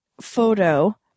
photo